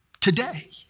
today